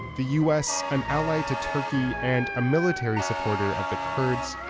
the us, an ally to turkey and a military supporter of the kurds,